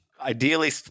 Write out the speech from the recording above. Ideally